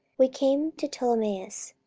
we came to ptolemais,